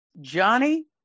Johnny